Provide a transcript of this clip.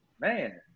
man